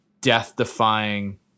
death-defying